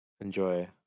enjoy